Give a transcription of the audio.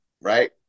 right